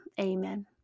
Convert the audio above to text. Amen